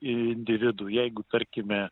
individų jeigu tarkime